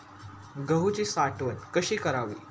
गहूची साठवण कशी करावी?